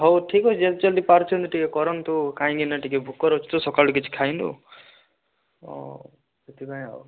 ହଉ ଠିକ୍ ଅଛି ଯେତେ ଜଲ୍ଦି ପାରୁଛନ୍ତି ଟିକେ କରନ୍ତୁ କାହିଁକି ନା ଟିକେ ଭୋକରେ ଅଛୁ ତ ସକାଳଠୁ କିଛି ଖାଇନୁ ଓ ସେଥିପାଇଁ ଆଉ